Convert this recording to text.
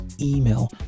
email